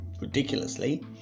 ridiculously